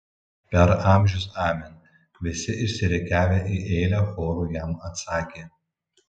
per amžius amen visi išsirikiavę į eilę choru jam atsakė